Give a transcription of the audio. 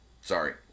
Sorry